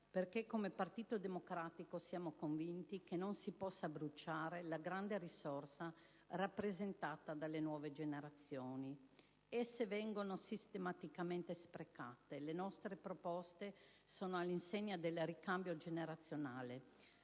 perché, come Partito Democratico, siamo convinti che non si possa bruciare la grande risorsa rappresentata dalle nuove generazioni. Esse vengono sistematicamente sprecate; le nostre proposte sono all'insegna del ricambio generazionale,